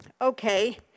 okay